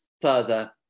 further